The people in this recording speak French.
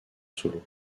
solo